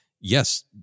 yes